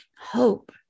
hope